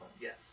Yes